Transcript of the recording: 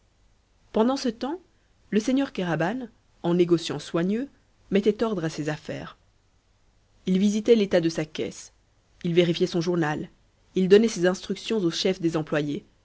pendant ce temps le seigneur kéraban en négociant soigneux mettait ordre à ses affaires il visitait l'état de sa caisse il vérifiait son journal il donnait ses instructions au chef des employés